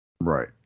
Right